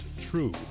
true